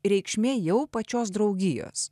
reikšmė jau pačios draugijos